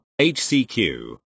HCQ